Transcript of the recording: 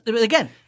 again